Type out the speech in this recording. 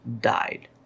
died